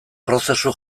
prozesu